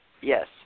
yes